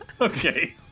okay